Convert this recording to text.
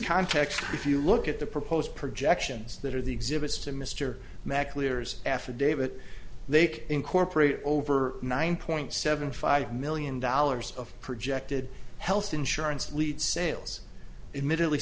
context if you look at the proposed projections that are the exhibits to mr mack leaders affidavit they can incorporate over nine point seven five million dollars of projected health insurance lead sales